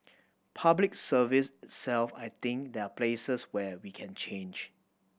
Public Service itself I think there are places where we can change